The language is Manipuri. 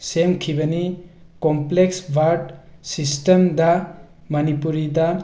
ꯁꯦꯝꯈꯤꯕꯅꯤ ꯀꯣꯝꯄꯂꯦꯛꯁ ꯋꯥꯔꯠ ꯁꯤꯁꯇꯦꯝꯗ ꯃꯅꯤꯄꯨꯔꯤꯗ